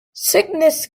sickness